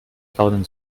plaudern